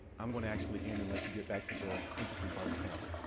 i'm going to actually end and let you get back to the interesting part of the panel.